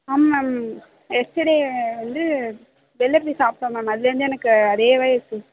ஆம் ma'am yesterday வந்து வெளில போய் சாப்பிட்டோம் மேம் அதிலேருந்து எனக்கு அதேவாக இருக்குது